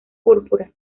púrpura